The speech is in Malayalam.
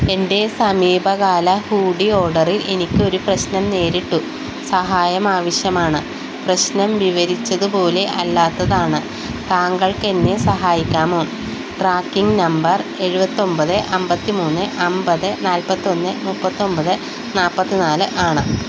എൻ്റെ സമീപകാല ഹൂഡി ഓര്ഡറിൽ എനിക്കൊരു പ്രശ്നം നേരിട്ടു സഹായം ആവശ്യമാണ് പ്രശ്നം വിവരിച്ചതുപോലെ അല്ലാത്തതാണ് താങ്കൾക്കെന്നെ സഹായിക്കാമോ ട്രാക്കിംഗ് നമ്പർ എഴുപത്തിയൊന്പത് അന്പത്തിമൂന്ന് അന്പത് നാല്പത്തിയൊന്ന് മുപ്പത്തിയൊന്പത് നാല്പത്തിനാല് ആണ്